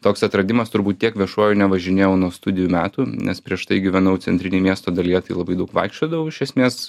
toks atradimas turbūt tiek viešuoju nevažinėjau nuo studijų metų nes prieš tai gyvenau centrinėj miesto dalyje labai daug vaikščiodavau iš esmės